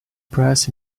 press